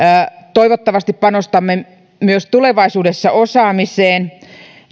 toivottavasti panostamme myös tulevaisuudessa osaamiseen